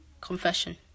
confession